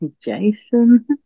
Jason